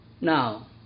Now